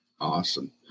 awesome